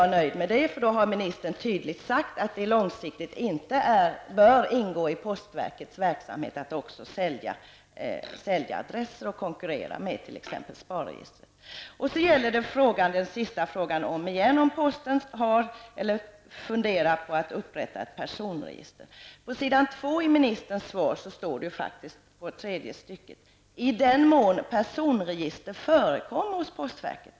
Med det är jag nöjd, för då har ministern tydligt sagt att det långsiktigt inte bör ingå i postverkets verksamhet att också sälja adresser och konkurrera med t.ex. SPAR-registret. Sedan gäller det den sista frågan om igen, om posten har upprättat eller funderar på att upprätta ett personregister. På s. 2 i ministerns svar står det faktiskt i tredje stycket: ”I den mån personregister förekommer hos postverket ——”.